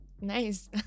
nice